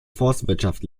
forstwirtschaft